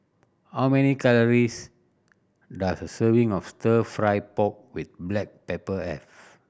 how many calories does a serving of Stir Fry pork with black pepper have